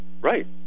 Right